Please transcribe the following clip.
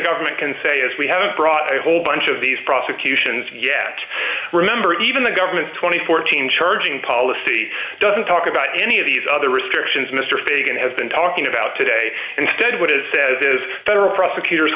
government can say is we have brought a whole bunch of these prosecutions yet remember even the government two thousand and fourteen charging policy doesn't talk about any of these other restrictions mr fagan has been talking about today instead what it says is federal prosecutor